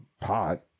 pot